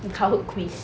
kahoot quiz